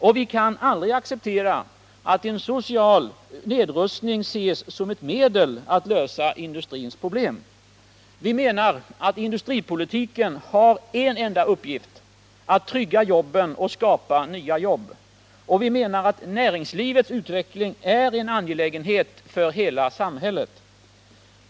Och vi kan aldrig acceptera att en social nedrustning ses som ett medel att lösa industrins problem. Vi menar att industripolitiken har en enda uppgift: att trygga jobben och skapa nya jobb. Och vi menar att näringslivets utveckling är en angelägenhet för hela samhället.